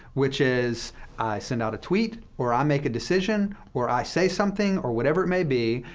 which is i send out a tweet, or i make a decision, or i say something, or whatever it may be,